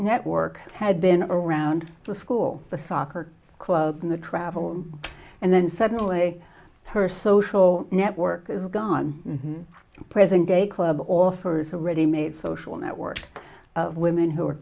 network had been around the school the soccer club and the travel and then suddenly her social network is gone and present day club offers a ready made social network of women who are